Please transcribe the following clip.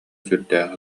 сүрдээх